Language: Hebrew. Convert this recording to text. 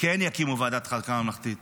כן יקימו ועדת חקירה ממלכתית.